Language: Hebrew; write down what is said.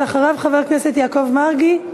ואחריו, חבר הכנסת יעקב מרגי,